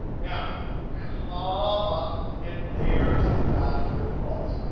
now comma and there's the value if false.